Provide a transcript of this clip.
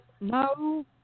No